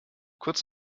kurz